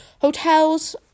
Hotels